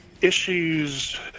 issues